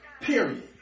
Period